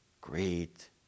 great